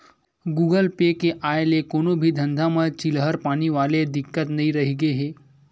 Google Pay के आय ले कोनो भी धंधा म चिल्हर पानी वाले दिक्कत नइ रहिगे हे